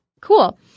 Cool